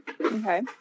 Okay